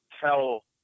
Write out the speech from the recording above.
tell